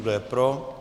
Kdo je pro?